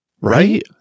Right